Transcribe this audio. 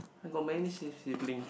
I got many si~ siblings